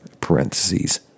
parentheses